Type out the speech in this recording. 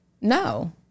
No